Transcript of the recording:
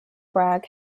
bragg